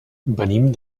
venim